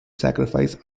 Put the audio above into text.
sacrifice